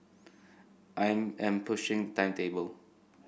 I am pushing timetable